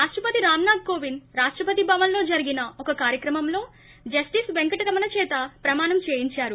రాష్టపతి రామ్నాథ్ కోవింద్ రాష్టపతి భవన్లో జరిగిన ఒక కార్యక్రమంలో జస్లిస్ పెంకటరమణ చేత ప్రమాణం చేయించారు